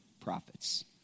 prophets